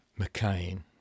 McCain